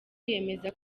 yemeza